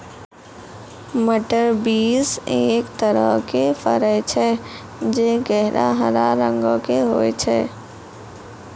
मटर बींस एक तरहो के फर छै जे गहरा हरा रंगो के होय छै